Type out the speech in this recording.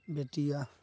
بتیا